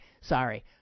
sorry